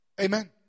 Amen